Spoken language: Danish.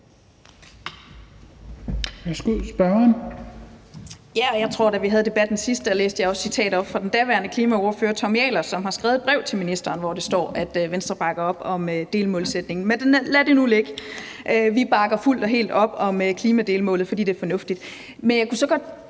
jeg, da vi havde debatten sidst, læste citater op fra den daværende klimaordfører Tommy Ahlers, som havde skrevet et brev til ministeren, hvori der står, at Venstre bakker op om delmålsætningen. Men lad nu det ligge. Vi bakker fuldt og helt op om klimadelmålet, fordi det er fornuftigt.